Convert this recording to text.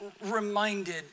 reminded